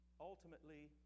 Ultimately